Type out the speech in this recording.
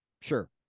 sure